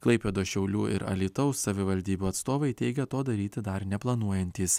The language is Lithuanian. klaipėdos šiaulių ir alytaus savivaldybių atstovai teigia to daryti dar neplanuojantys